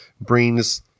brings